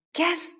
Guess